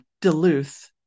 Duluth